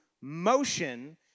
motion